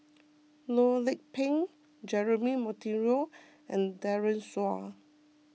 Loh Lik Peng Jeremy Monteiro and Daren Shiau